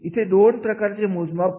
इथे दोन प्रकारचे मोजमाप